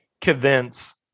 convince